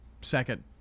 second